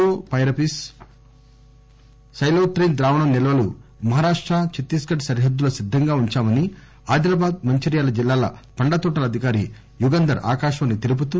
chloro పేరిపస్ cyhalothrin ద్రావణం నిల్వలు Maharashtra Chhattisgarh సరిహద్దుల్లో సిద్దంగా ఉంచామని ఆదిలాబాద్ మంచిర్యాల జిల్లాల పండ్ల తోటల అధికారి యుగంధర్ ఆకాశవాణికి తెలుపుతూ